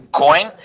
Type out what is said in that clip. coin